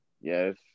yes